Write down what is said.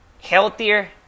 healthier